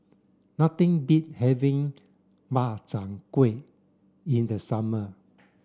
nothing beat having Makchang Gui in the summer